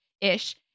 ish